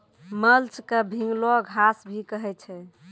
mulch क भींगलो घास भी कहै छै